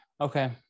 Okay